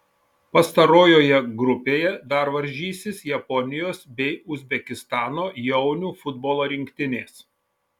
pastarojoje grupėje dar varžysis japonijos bei uzbekistano jaunių futbolo rinktinės